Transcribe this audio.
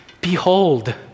Behold